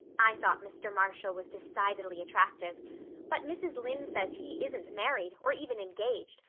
i thought mr. marshall was decidedly attractive but mrs. lynde says he isn't married, or even engaged,